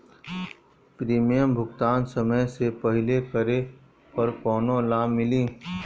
Premium भुगतान समय से पहिले करे पर कौनो लाभ मिली?